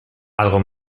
algo